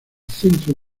centro